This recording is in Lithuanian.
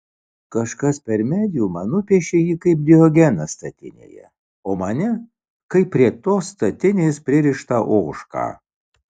kažkas per mediumą nupiešė jį kaip diogeną statinėje o mane kaip prie tos statinės pririštą ožką